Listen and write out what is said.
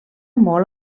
molt